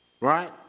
Right